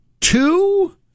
Two